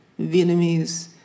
Vietnamese